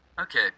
Okay